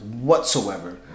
whatsoever